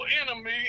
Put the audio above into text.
enemy